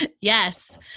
Yes